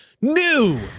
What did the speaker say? new